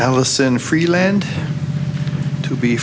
alison free land to be